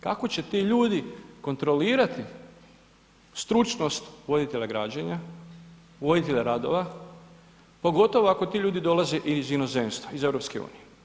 Kako će ti ljudi kontrolirati stručnost voditelja građenja, voditelja radova, pogotovo ako ti ljudi dolaze iz inozemstva, iz EU?